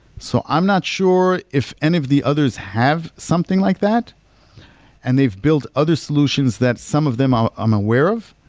so i'm not sure if any of the others have something like that and they've built other solutions that some of them i'm i'm aware of.